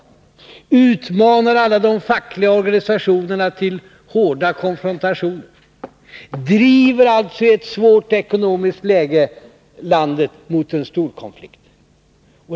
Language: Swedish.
Vidare utmanar ni alla de fackliga organisationerna till hårda konfrontationer. I ett svårt ekonomiskt läge driver ni landet mot en storkonflikt.